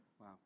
Wow